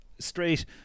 straight